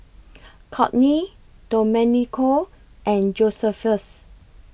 Kortney Domenico and Josephus